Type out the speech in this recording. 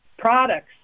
Products